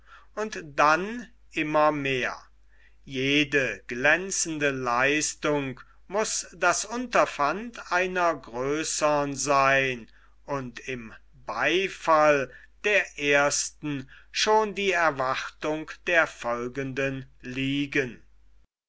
und dann immer mehr jede glänzende leistung muß das unterpfand einer größern seyn und im beifall der ersten schon die erwartung der folgenden liegen